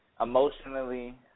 emotionally